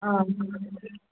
ಹಾಂ